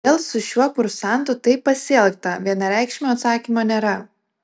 kodėl su šiuo kursantu taip pasielgta vienareikšmio atsakymo nėra